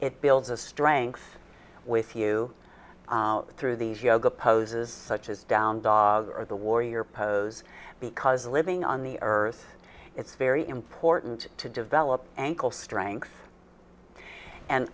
it builds a strength with you through these yoga poses such as down dog or the warrior pose because living on the earth it's very important to develop ankle strength and